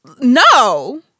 No